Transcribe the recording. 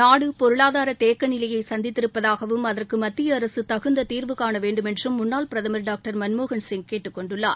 நாடு பொருளாதார தேக்கநிலையை சந்தித்திருப்பதாக அகற்கு மத்திய அரசு தகுந்த தீர்வு காண வேண்டுமென்றும் முன்னாள் பிரதமர் டாக்டர் மன்மோகன்சிங் கேட்டுக் கொண்டுள்ளார்